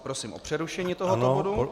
Prosím o přerušení tohoto bodu.